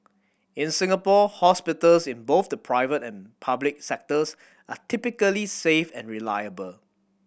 in Singapore hospitals in both the private and public sectors are typically safe and reliable